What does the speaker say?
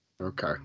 Okay